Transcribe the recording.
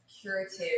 curative